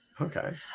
Okay